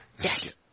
Yes